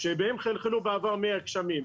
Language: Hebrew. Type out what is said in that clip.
שבהם חלחלו בעבר מי הגשמים.